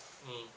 mm